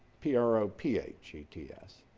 p r o p h e t s.